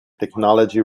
technology